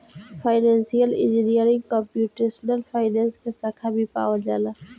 financial engineering computational finance के साखा भी पावल जाला